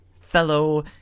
fellow